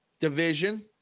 division